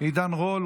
עידן רול,